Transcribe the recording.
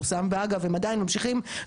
אני מבינה, אוקי.